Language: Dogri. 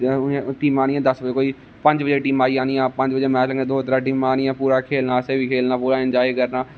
टीमां आनियां दस बजे कोई पंज बजे मैच लगना दो चार टीमां आनियां पूरा खेलना असें बी खेलना पूरा इनॅजाय करना